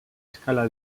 escala